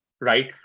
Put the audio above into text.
right